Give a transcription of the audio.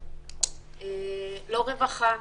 לא רווחה,